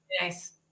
Nice